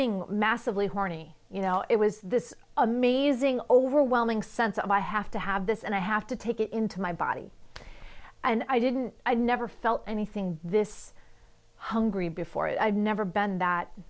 being massively horny you know it was this amazing overwhelming sense of i have to have this and i have to take it into my body and i didn't i never felt anything vis hungry before i've never been that